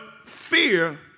fear